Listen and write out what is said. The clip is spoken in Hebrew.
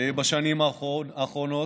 בשנים האחרונות,